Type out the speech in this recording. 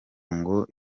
ngo